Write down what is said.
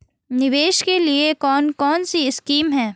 निवेश के लिए कौन कौनसी स्कीम हैं?